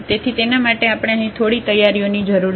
તેથી તેના માટે આપણે અહીં થોડી તૈયારીઓની જરૂર છે